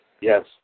Yes